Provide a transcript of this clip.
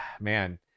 man